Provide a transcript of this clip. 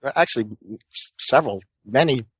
but actually several, many